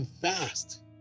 fast